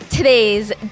Today's